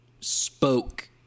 spoke